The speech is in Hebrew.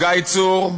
גיא צור,